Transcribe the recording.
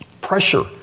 pressure